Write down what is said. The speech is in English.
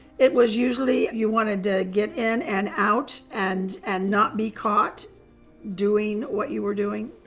it was usually you wanted to get in and out and and not be caught doing what you were doing.